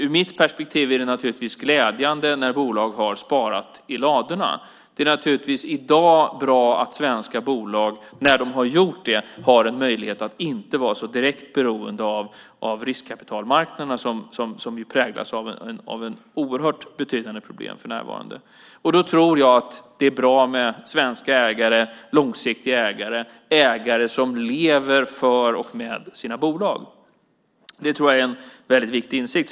Ur mitt perspektiv är det glädjande när bolag har sparat i ladorna. Det är naturligtvis bra att svenska bolag i dag när de har gjort det har en möjlighet att inte vara så direkt beroende av riskkapitalmarknaderna, som ju präglas av oerhört betydande problem för närvarande. Då tror jag att det är bra med svenska ägare, långsiktiga ägare och ägare som lever för och med sina bolag. Det tror jag är en väldigt viktig insikt.